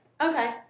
okay